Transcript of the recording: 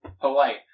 polite